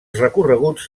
recorreguts